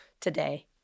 today